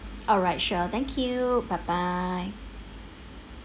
alright sure thank you bye bye